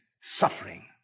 suffering